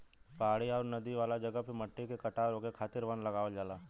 पहाड़ी आउर नदी वाला जगह पे मट्टी के कटाव रोके खातिर वन लगावल जाला